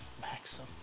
Maxim